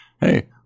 hey